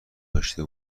داشته